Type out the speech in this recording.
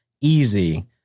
easy